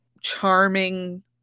charming